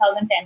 2010